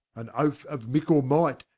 an oath of mickle might,